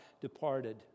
departed